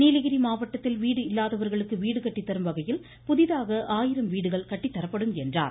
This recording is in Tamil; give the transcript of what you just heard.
நீலகிரி மாவட்டத்தில் வீடு இல்லாதவர்களுக்கு வீடு கட்டி தரும்வகையில் புதிதாக ஆயிரம் வீடுகள் கட்டி தரப்படும் என்றார்